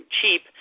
cheap